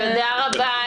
תודה רבה,